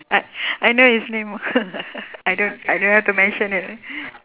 I I know his name I don't I don't have to mention it